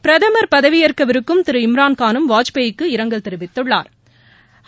பிரதமா் பதவியேற்கவிருக்கும் திரு இம்ரான்கானும் வாஜ்பாய்க்கு இரங்கல் தெரிவித்துள்ளாா்